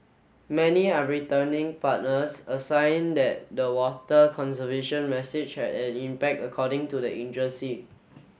many are returning partners a sign that the water conservation message had an impact according to the agency